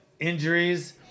injuries